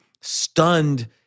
stunned